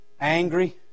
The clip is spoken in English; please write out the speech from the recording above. angry